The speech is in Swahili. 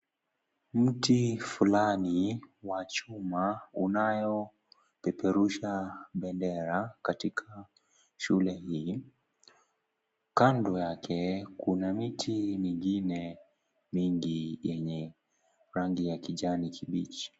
Mti fulani wa chuma unayopeperusha pendera katika shule hii. Kando yake kuna miti mingine mingi yenye rangi ya kijani kibichi.